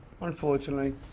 unfortunately